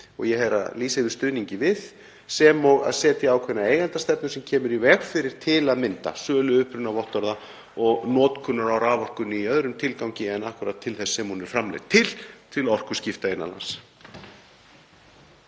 og ég er að lýsa yfir stuðningi við, sem og að setja ákveðna eigendastefnu sem kemur í veg fyrir til að mynda sölu upprunavottorða og notkun á raforkunni í öðrum tilgangi en akkúrat til þess sem hún er framleidd til, til orkuskipta innan lands.